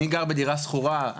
אני גר בדירה שכורה,